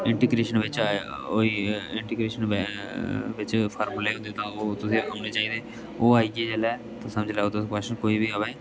integration बिच्च आया होई गेआ इन्टीग्रेशन बिच फार्मुले होंदे तां ओह् तुसेंगी औने चाहिदे ओह् आई गे जेल्लै ते समझी लैओ तुस क्वेस्चन कोई बी आवै